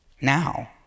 now